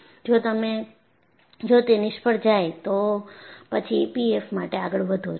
જો તેનિષ્ફળ જાય તો પછી ઈપીએફએમ માટે આગળ વધો છો